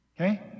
Okay